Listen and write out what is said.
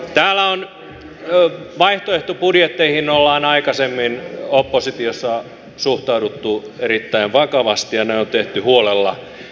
täällä vaihtoehtobudjetteihin ollaan aikaisemmin oppositiossa suhtauduttu erittäin vakavasti ja ne on tehty huolella